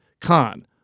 Khan